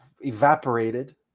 evaporated